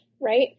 Right